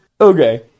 Okay